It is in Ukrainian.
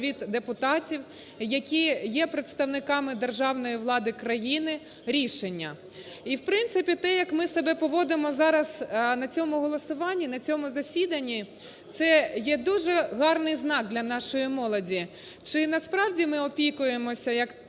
від депутатів, які є представниками державної влади країни, рішення. І в принципі те, як ми себе поводимо зараз на цьому голосуванні, на цьому засіданні, це є дуже гарний знак для нашої молоді. Чи насправді ми опікуємося, як